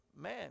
man